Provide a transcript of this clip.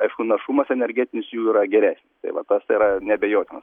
aišku našumas energetinis jų yra geresnis tai vat tas tai yra neabejotina